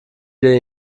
wieder